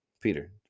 Peter